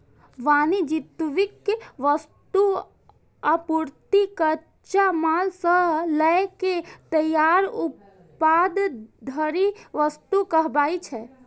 वाणिज्यिक वस्तु, आपूर्ति, कच्चा माल सं लए के तैयार उत्पाद धरि वस्तु कहाबै छै